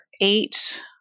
eight